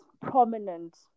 prominent